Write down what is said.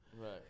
Right